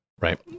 Right